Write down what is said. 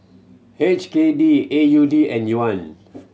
H K D A U D and Yuan